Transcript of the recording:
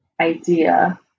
idea